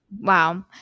Wow